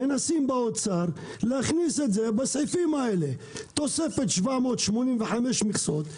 מנסים באוצר להכניס את זה בסעיפים האלה: תוספת 785 מכסות,